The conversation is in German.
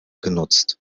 genutzt